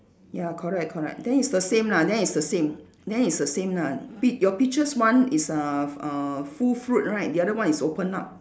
ya correct correct then it's the same lah then it's the same then it's the same lah be your pictures one is uh uh full fruit right the other one is opened up